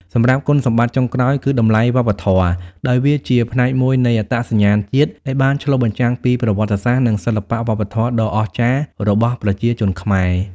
សម្រាប់គុណសម្បត្តិចុងក្រោយគឺតម្លៃវប្បធម៌ ដោយវាជាផ្នែកមួយនៃអត្តសញ្ញាណជាតិដែលបានឆ្លុះបញ្ចាំងពីប្រវត្តិសាស្ត្រ និងសិល្បៈវប្បធម៌ដ៏អស្ចារ្យរបស់ប្រជាជនខ្មែរ។